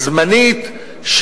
זמנית,